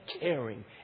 caring